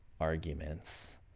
arguments